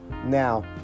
Now